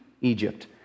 Egypt